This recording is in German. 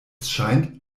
scheint